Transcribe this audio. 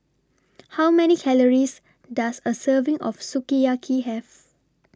How Many Calories Does A Serving of Sukiyaki Have